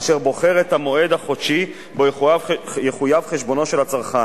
אשר בוחר את המועד החודשי שבו יחויב חשבונו של הצרכן,